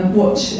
watch